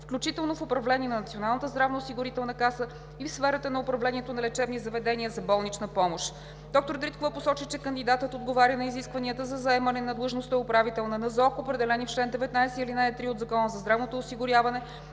включително в управлението на Националната здравноосигурителна каса и в сферата на управлението на лечебни заведения за болнична помощ. Доктор Дариткова посочи, че кандидатът отговаря на изискванията за заемане на длъжността управител на Националната здравноосигурителна каса, определени в чл. 19, ал. 3 от Закона за здравното осигуряване